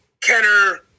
Kenner